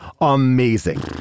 amazing